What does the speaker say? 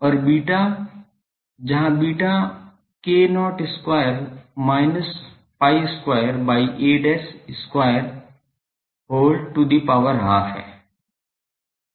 और beta जहां beta k0 square minus pi square by a square whole to the power half है